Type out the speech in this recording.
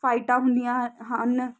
ਫਾਈਟਾਂ ਹੁੰਦੀਆਂ ਹ ਹਨ